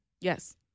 Yes